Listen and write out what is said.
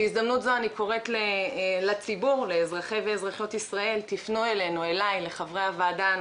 אני קוראת מפה לכל אזרחי ישראל: תפנו אלינו עם